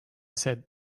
said